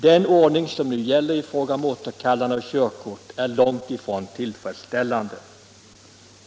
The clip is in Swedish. Den ordning som nu gäller i fråga om återkallande av körkort är långt "ifrån tillfredsställande.